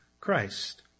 Christ